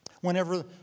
Whenever